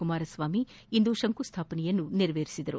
ಕುಮಾರಸ್ವಾಮಿ ಇಂದು ಶಂಕು ಸ್ಥಾಪನೆ ನೆರವೇರಿಸಿದರು